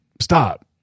stop